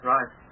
Right